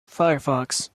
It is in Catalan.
firefox